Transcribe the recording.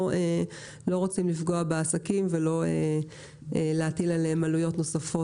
רוצים לפגוע בעסקים ולא להטיל עליהם עלויות נוספות.